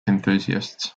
enthusiasts